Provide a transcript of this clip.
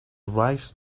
rise